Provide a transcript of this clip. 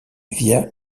via